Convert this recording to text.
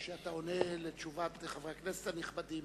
כשאתה עונה על שאלת חברי הכנסת הנכבדים,